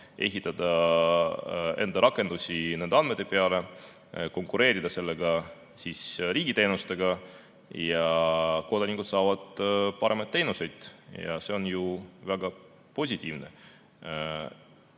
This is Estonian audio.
ehitada enda rakendusi nende andmete peale, konkureerida selle abil riigi teenustega ja kodanikud saavad paremaid teenuseid. See on ju väga positiivne.